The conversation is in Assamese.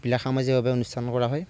বিলাক সামাজিকভাৱে অনুষ্ঠান কৰা হয়